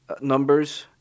numbers